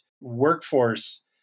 workforce